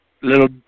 Little